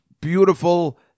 beautiful